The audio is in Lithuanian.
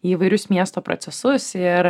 į įvairius miesto procesus ir